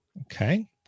Okay